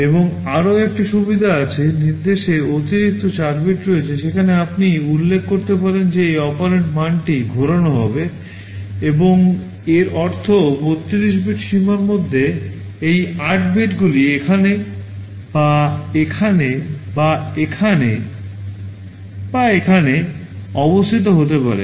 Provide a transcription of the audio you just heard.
এবং আরও একটি সুবিধা আছে নির্দেশে অতিরিক্ত 4 বিট রয়েছে যেখানে আপনি উল্লেখ করতে পারেন যে এই অপারেন্ড মানটি ঘোরানো হবে এবং তার অর্থ 32 বিট সীমার মধ্যে এই 8 বিটগুলি এখানে বা এখানে বা এখানে বা এখানে অবস্থিত হতে পারে